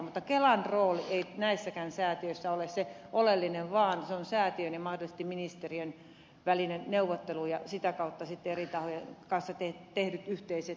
mutta kelan rooli ei näissäkään säätiöissä ole se oleellinen vaan se on säätiön ja mahdollisesti ministeriön välinen neuvottelu ja sitä kautta sitten eri tahojen kanssa tehdyt yhteiset